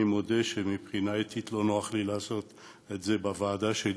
אני מודה שמבחינה אתית לא נוח לי לעשות את זה בוועדה שלי,